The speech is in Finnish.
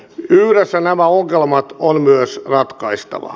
yhdessä nämä ongelmat on myös ratkaistava